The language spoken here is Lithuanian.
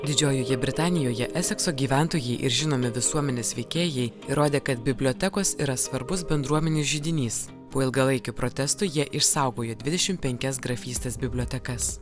didžiojoje britanijoje esekso gyventojai ir žinomi visuomenės veikėjai įrodė kad bibliotekos yra svarbus bendruomenei židinys po ilgalaikių protestų jie išsaugojo dvidešim penkias grafystės bibliotekas